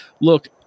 Look